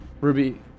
Ruby